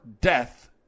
death